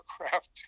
aircraft